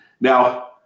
Now